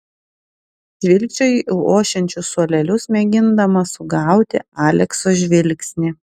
žvilgčioju į ošiančius suolelius mėgindama sugauti alekso žvilgsnį